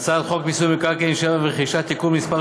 הצעת חוק מיסוי מקרקעין (שבח ורכישה) (תיקון מס'